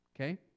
Okay